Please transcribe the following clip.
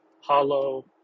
Hollow